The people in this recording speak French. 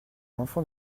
enfant